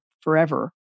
forever